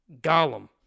Gollum